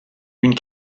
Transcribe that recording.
une